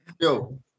Yo